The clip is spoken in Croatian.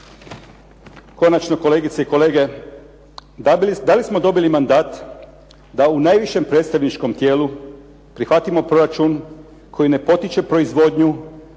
Konačno kolegice i kolege, da li smo dobili mandat da u najvišem predstavničkom tijelu prihvatimo proračun koji ne potiče proizvodnju,